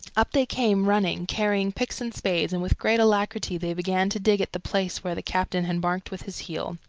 up they came running, carrying picks and spades, and with great alacrity they began to dig at the place where the captain had marked with his heel.